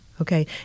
Okay